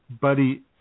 buddy